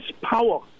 power